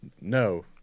no